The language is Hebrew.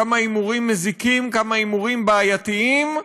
כמה ההימורים מזיקים, כמה ההימורים בעייתיים,